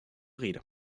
rede